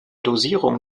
dosierung